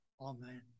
Amen